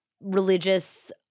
religious